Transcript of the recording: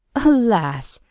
alas!